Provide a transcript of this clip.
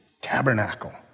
tabernacle